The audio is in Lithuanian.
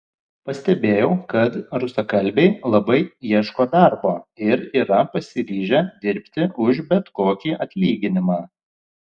pastebėjau kad rusakalbiai labai ieško darbo ir yra pasiryžę dirbti už bet kokį atlyginimą